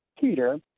Peter